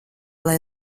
lai